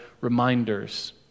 reminders